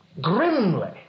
grimly